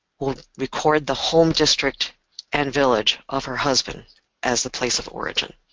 will record the home district and village of her husband as the place of origin.